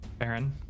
Aaron